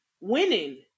winning